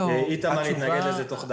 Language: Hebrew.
איתמר התנגד לזה תוך דקה.